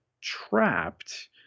trapped